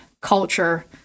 culture